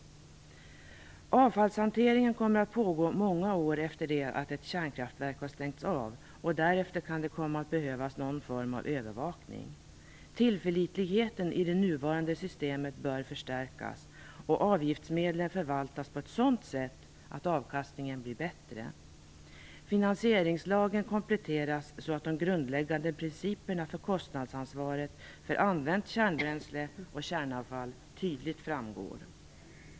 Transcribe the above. Avfallshanteringen kommer att pågå många år efter det att ett kärnkraftverk har ställts av, och därefter kan det komma att behövas någon form av övervakning. Tillförlitligheten i det nuvarande systemet bör förstärkas och avgiftsmedlen förvaltas på ett sådant sätt att avkastningen blir bättre. Finansieringslagen kompletteras så att de grundläggande principerna för kostnadsansvaret för använt kärnbränsle och kärnavfall tydligt framgår.